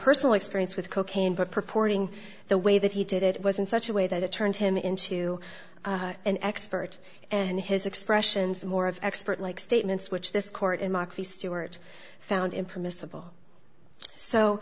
personal experience with cocaine but purporting the way that he did it was in such a way that it turned him into an expert and his expressions more of expert like statements which this court in moxley stewart found in permissible so